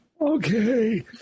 okay